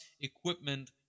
equipment